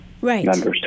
Right